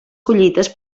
collites